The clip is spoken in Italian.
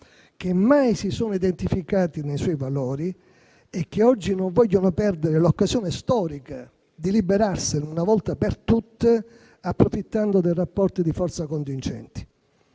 che mai si sono identificate nei suoi valori e che oggi non vogliono perdere l'occasione storica di liberarsene una volta per tutte, approfittando dei rapporti di forza contingenti.